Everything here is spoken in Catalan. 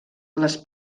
les